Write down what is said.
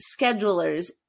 schedulers